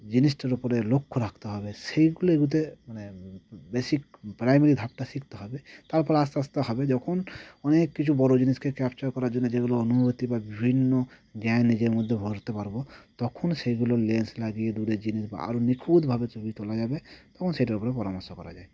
জিনিসটার ওপরে লক্ষ্য রাখতে হবে সেইগুলো এগুলোতে মানে বেসিক প্রাইমারি ধাপটা শিখতে হবে তারপর আস্তে আস্তে হবে যখন অনেক কিছু বড় জিনিসকে ক্যাপচার করার জন্য যেগুলো অনুভূতি বা বিভিন্ন জ্ঞান নিজের মধ্যে ভরতে পারব তখন সেইগুলো লেন্স লাগিয়ে দূরের জিনিস বা আরও নিখুঁতভাবে ছবি তোলা যাবে তখন সেইটার উপরে পরামর্শ করা যায়